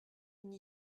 une